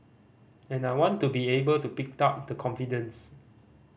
and I want to be able to pick up the confidence